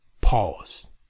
Pause